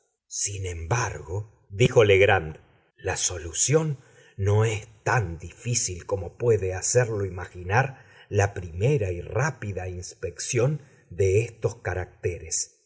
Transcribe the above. sin embargo dijo legrand la solución no es tan difícil como puede hacerlo imaginar la primera y rápida inspección de estos caracteres